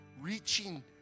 reaching